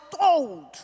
told